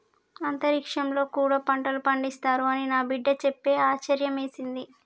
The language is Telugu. అంతరిక్షంలో కూడా పంటలు పండిస్తారు అని నా బిడ్డ చెప్తే ఆశ్యర్యమేసింది